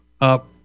up